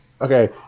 Okay